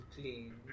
clean